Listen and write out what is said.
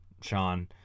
Sean